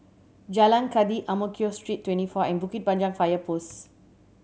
Jalan Kathi Ang Mo Kio Street Twenty four and Bukit Panjang Fire Post